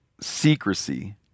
secrecy